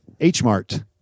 H-Mart